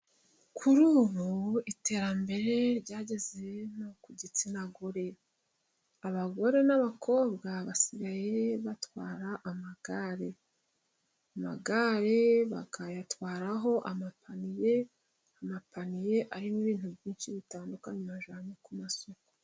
Kuri ubu iterambere ryageze no ku gitsina gore. Abagore n'abakobwa， basigaye batwara amagare. Amagare bakayatwaraho amapaniye，amapaniye arimo ibintu byinshi bitandukanye， bajyana ku masoko.